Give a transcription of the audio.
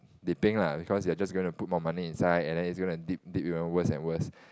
dipping lah because you're just gonna put more money inside and then it's gonna dip even worse and worse